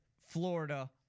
Florida